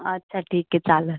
अच्छा ठीक आहे चालेल